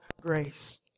grace